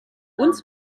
uns